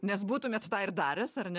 nes būtumėt tą ir daręs ar ne